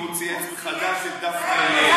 והוא צייץ מחדש אל דפנה ליאל,